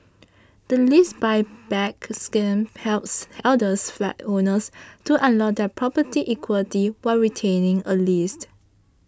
the Lease Buyback Scheme helps elders flat owners to unlock their property's equity while retaining a lease